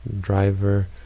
driver